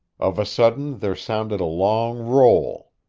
of a sudden there sounded a long roll,